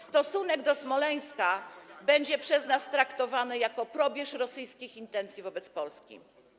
Stosunek do Smoleńska będzie przez nas traktowany jako probierz rosyjskich intencji wobec Polski.